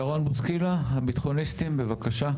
ירון בוסקילה, הביטחוניסטים, בבקשה.